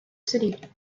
city